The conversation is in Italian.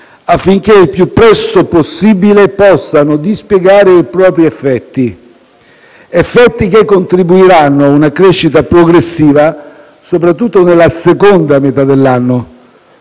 affinché il più presto possibile possano dispiegare i propri effetti; effetti che contribuiranno a una crescita progressiva soprattutto nella seconda metà dell'anno.